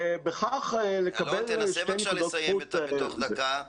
ובכך לקבל שתי נקודות זכות.